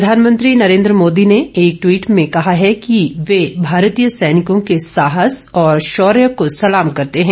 प्रधानमंत्री नरेन्द्र मोदी ने एक ट्वीट में कहा है कि वे भारतीय सैनिकों के साहस और शौर्य को सलाम करते हैं